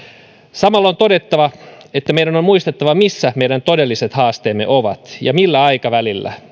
samalla on todettava että meidän on on muistettava missä meidän todelliset haasteemme ovat ja millä aikavälillä